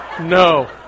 No